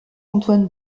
antoine